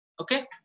okay